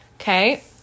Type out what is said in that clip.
okay